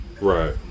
right